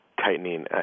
Tightening